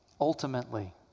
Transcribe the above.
ultimately